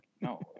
no